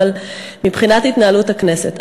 אבל מבחינת התנהלות הכנסת,